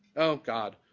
oh, god.